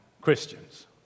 Christians